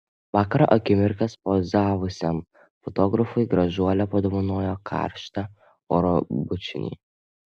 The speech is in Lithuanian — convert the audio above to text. vakaro akimirkas pozavusiam fotografui gražuolė padovanojo karštą oro bučinį